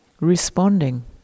Responding